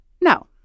No